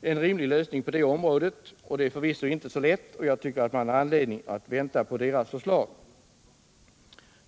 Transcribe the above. en rimlig lösning på det här området. Det är förvisso inte så lätt, och jag tycker att vi har anledning att vänta på årets förslag.